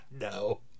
no